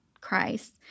Christ